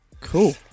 Cool